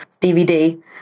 DVD